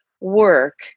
work